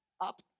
up